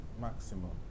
maximum